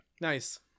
Nice